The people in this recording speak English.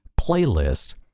playlist